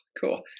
cool